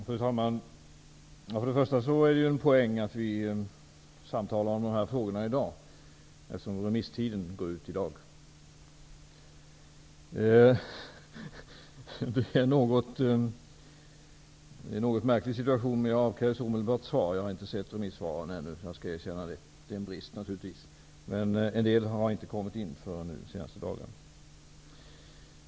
Fru talman! För det första är det en poäng att vi i dag samtalar om de här frågorna, eftersom remisstiden går ut i dag. Det är en något märklig situation. Jag avkrävs omedelbart svar, men jag har inte sett remissvaren ännu -- det skall jag erkänna. Naturligtvis är det en brist, men en del svar har kommit in först under de senaste dagarna.